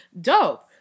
dope